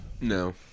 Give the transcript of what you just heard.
no